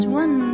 one